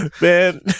Man